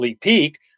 peak